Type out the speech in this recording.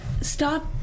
Stop